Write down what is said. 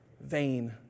Vain